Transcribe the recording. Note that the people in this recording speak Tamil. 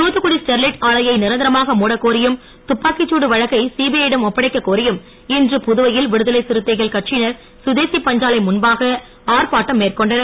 தூத்துக்குடி ஸ்டெரிலைட் ஆலையை நிரந்தரமாக மூடக் கோரியும் துப்பாக்கிச் தடு வழக்கை சிபிஐ யிடம் ஒப்படைக்க கோரியும் இன்று புதுவையில் விடுதலை சிறுத்தைகள் கட்சியினர் கதேசி பஞ்சாலை முன்பாக ஆர்ப்பாட்டம் மேற்கொண்டனர்